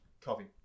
Coffee